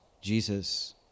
Jesus